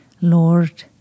Lord